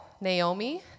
Naomi